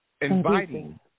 inviting